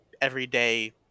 everyday